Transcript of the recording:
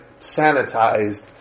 sanitized